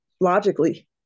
Logically